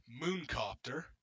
Mooncopter